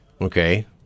okay